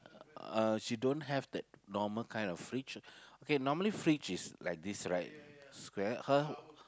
uh she don't have that normal kind of fridge okay normally fridge is like this right square her